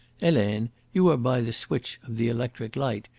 helene, you are by the switch of the electric light.